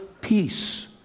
peace